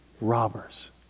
robbers